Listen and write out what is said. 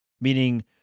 meaning